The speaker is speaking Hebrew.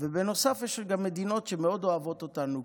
ובנוסף יש גם מדינות שמאוד אוהבות אותנו,